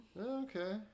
Okay